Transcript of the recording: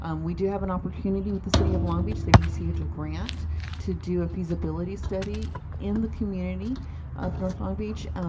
um we do have an opportunity with the city of long beach, they received a grant to do a feasibility study in the community of north long beach. and